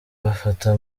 bafata